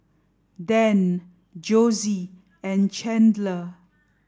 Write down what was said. Dann Josie and Chandler